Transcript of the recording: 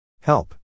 Help